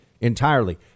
entirely